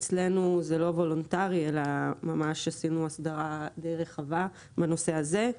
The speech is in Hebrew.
אצלנו זה לא וולונטרי אלא ממש עשינו הסדרה די רחבה בנושא הזה.